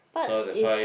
so that's why